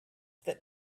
that